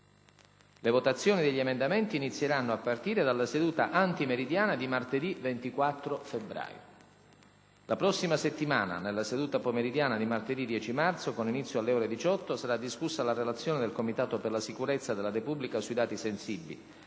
Le votazioni degli emendamenti inizieranno a partire dalla seduta antimeridiana di martedı24 marzo. La prossima settimana, nella seduta pomeridiana di martedı 10 marzo, con inizio alle ore 18, saradiscussa la relazione del Comitato per la sicurezza della Repubblica sui dati sensibili.